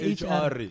hr